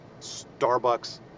Starbucks